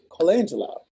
Colangelo